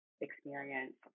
experience